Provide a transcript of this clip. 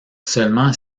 seulement